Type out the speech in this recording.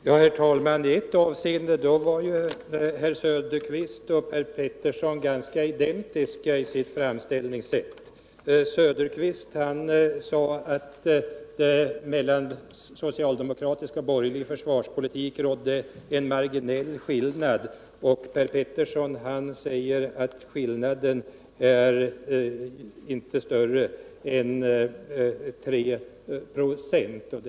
Herr talman! I ett avseende var Oswald Söderqvist och Per Petersson identiska i sitt framställningssätt. Oswald Söderqvist sade att det mellan socialdemokratisk och borgerlig försvarspolitik rådde en marginell skillnad, och Per Petersson såde att skillnaden inte var större än 3 26.